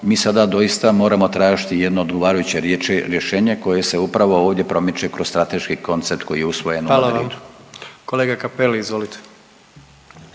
Mi sada doista moramo tražiti jedno odgovarajuće rješenje koje se upravo ovdje promiče kroz strateški koncept koji je usvojen …/Upadica: Hvala vam./… u Madridu.